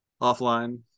offline